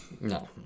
No